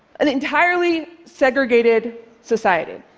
an entirely segregated society